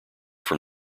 from